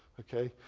ok.